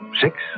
six